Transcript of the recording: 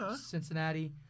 Cincinnati